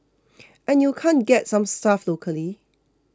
and you can't get some stuff locally